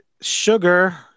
sugar